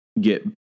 get